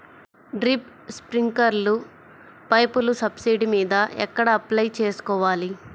Drip, స్ప్రింకర్లు పైపులు subsidy మీద ఎక్కడ అప్లై చేసుకోవాలి?